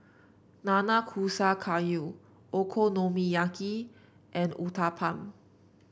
Nanakusa Gayu Okonomiyaki and Uthapam